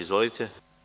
Izvolite.